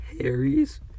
Harry's